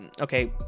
okay